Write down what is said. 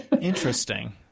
Interesting